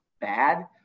bad